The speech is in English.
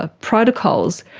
ah protocols,